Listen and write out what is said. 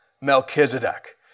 Melchizedek